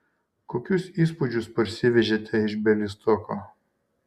kokius įspūdžius parsivežėte iš bialystoko